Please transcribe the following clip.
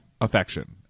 Affection